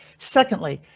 secondly,